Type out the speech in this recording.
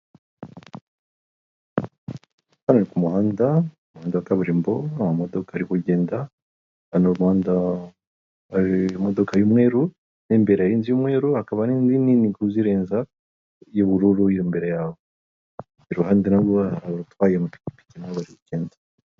Hano ni ku muhanda, mu muhanda wa kaburimbo ama modoka ari kugenda, hano ku muhanda hari imodoka y'umweru , imbera y'inzu y'umweru hakaba hari n'indi nini kuzirenza y'ubururu imbere yawe. Iruhande narwo hari utwaye ipikipiki .